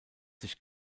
sich